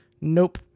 Nope